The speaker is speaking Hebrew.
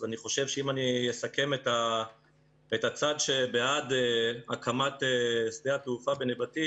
אני חושב שאם אני אסכם את הצד שבעד הקמת שדה התעופה בנבטים,